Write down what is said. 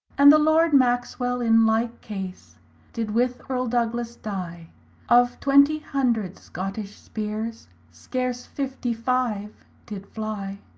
and the lord maxwell in like case did with erle douglas dye of twenty hundred scottish speres, scarce fifty-five did flye.